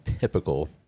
typical